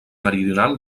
meridional